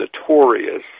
notorious